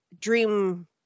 dream